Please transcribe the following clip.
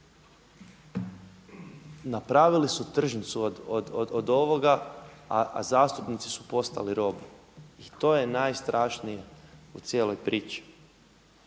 napravili su tržnicu od ovoga, a zastupnici su postali roblje. I to je najstrašnije u cijeloj priči.